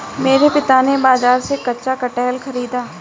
मेरे पिता ने बाजार से कच्चा कटहल खरीदा